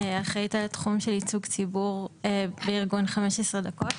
אחראית על תחום של ייצוג ציבור בארגון 15 דקות.